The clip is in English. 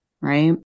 right